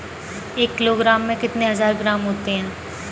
एक किलोग्राम में एक हजार ग्राम होते हैं